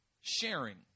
sharing